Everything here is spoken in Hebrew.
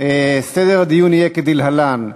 סדר הדיון יהיה כדלהלן: